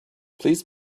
please